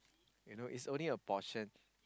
you know it's only a portion